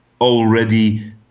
already